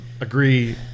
agree